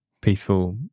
peaceful